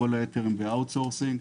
כל היתר הם באאוטסורסינג.